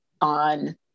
on